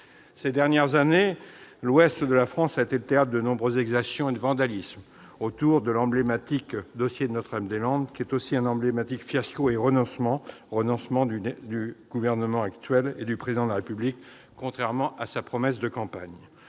Ces dernières années, l'ouest de la France a été le théâtre de nombreuses exactions et d'actes de vandalisme autour de l'emblématique dossier de Notre-Dame-des-Landes, qui est aussi un emblématique fiasco du gouvernement actuel, et un renoncement du Président de la République à sa promesse de campagne.